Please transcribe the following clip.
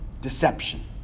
Deception